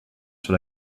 sur